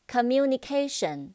Communication